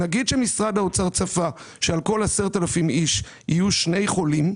נגיד שמשרד האוצר צפה שעל כל 10,000 איש יהיו שני חולים,